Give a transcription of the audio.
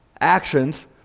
actions